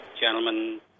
gentlemen